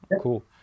Cool